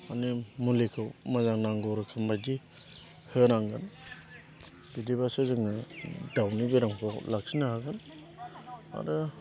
माने मुलिखौ मोजां नांगौ रोखोम बायदि होनांगोन बिदिब्लासो जोङो दाउनि बेरामखौ लाखिनो हागोन आरो